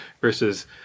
versus